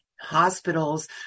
hospitals